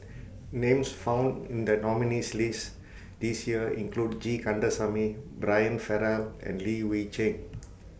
Names found in The nominees' list This Year include G Kandasamy Brian Farrell and Li Hui Cheng